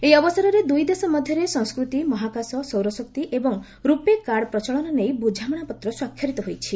ଏହି ଅବସରରେ ଦୁଇ ଦେଶ ମଧ୍ୟରେ ସଂସ୍କୃତି ମହାକାଶ ସୌରଶକ୍ତି ଏବଂ ରୂପେ କାର୍ଡ଼ ପ୍ରଚଳନ ନେଇ ବୁଝାମଣାପତ୍ର ସ୍ୱାକ୍ଷରିତ ହୋଇଛି